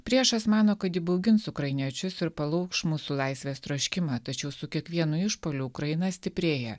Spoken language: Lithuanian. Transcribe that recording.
priešas mano kad įbaugins ukrainiečius ir palauš mūsų laisvės troškimą tačiau su kiekvienu išpuoliu ukraina stiprėja